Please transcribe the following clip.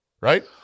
right